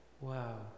wow